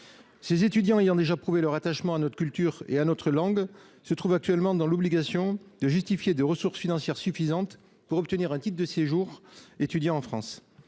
Ces étudiants ayant déjà prouvé leur attachement à notre culture et à notre langue se trouvent actuellement dans l’obligation de justifier de ressources financières suffisantes pour obtenir un titre de séjour d’étudiant en France.